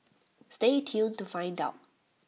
stay tuned to find out